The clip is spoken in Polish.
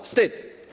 Wstyd.